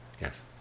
Yes